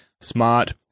smart